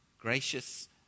gracious